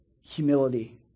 Humility